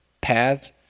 paths